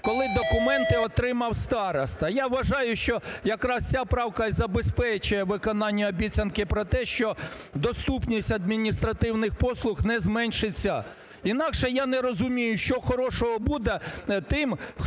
коли документи отримав староста. Я вважаю, що якраз ця правка і забезпечує виконання обіцянки про те, що доступність адміністративних послуг не зменшиться. Інакше я не розумію, що хорошого буде тим, хто